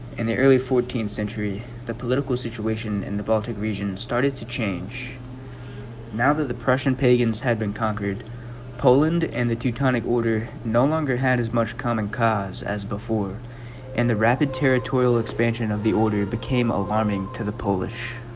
and the early fourteenth century the political situation in the baltic region started to change now that the prussian pagans had been conquered poland and the teutonic order no longer had as much common cause as before and the rapid territorial expansion of the order became alarming to the polish